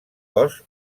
cos